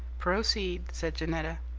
proceed, said janetta.